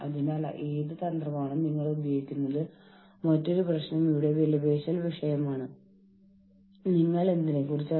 അതിനാൽ നമ്മളുടെ തന്ത്രം യൂണിയനുകളെ നിർദ്ദിഷ്ട സംഘടനയുടെ അവിഭാജ്യ ഘടകമായി അംഗീകരിക്കുക എന്നതാണ്